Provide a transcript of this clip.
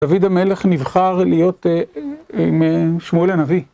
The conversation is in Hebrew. דוד המלך נבחר להיות עם שמואל הנביא.